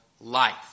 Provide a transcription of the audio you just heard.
life